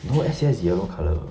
no S_C_S is yellow colour